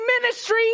ministry